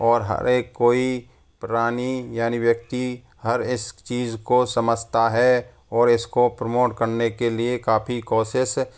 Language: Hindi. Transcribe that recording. और हर एक कोई पुरानी यानि व्यक्ति हर इस चीज़ को समझता है और इस को प्रमोट करने के लिए काफ़ी कोशिश